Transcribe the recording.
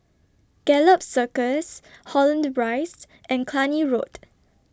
Gallop Circus Holland Rise and Cluny Road